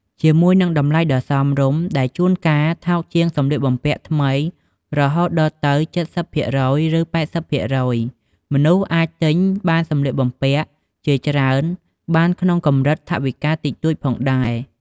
ជាមួយនឹងតម្លៃដ៏សមរម្យ ដែលជួនកាលថោកជាងសម្លៀកបំពាក់ថ្មីរហូតដល់ទៅ ៧០% ឬ ៨០% មនុស្សអាចទិញបានសម្លៀកបំពាក់ជាច្រើនបានក្នុងកម្រិតថវិកាតិចតួចផងដែរ។